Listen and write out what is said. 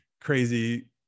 crazy